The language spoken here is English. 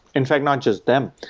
in fact, not just them,